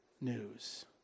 news